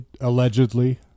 allegedly